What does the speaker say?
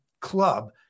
club